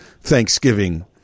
Thanksgiving